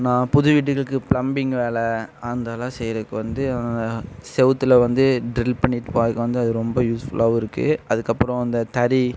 நான் புது வீடுகளுக்கு ப்ளம்பிங் வேலை அந்த வேலை செய்யுறக்கு வந்து செவுத்தில் வந்து ட்ரில் பண்ணிவிட்டு பார்க்க வந்து அது ரொம்ப யூஸ்ஃபுல்லாகவும் இருக்குது அதுக்கப்புறோம் அந்த தறி